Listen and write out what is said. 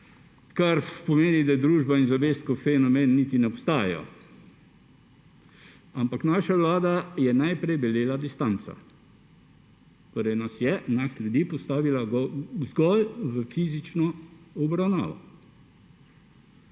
kar pomeni, da družba in zavest potem niti ne obstajata. Ampak naša vlada je naprej velela distanco. Torej nas je, ljudi, postavila zgolj v fizično obravnavo.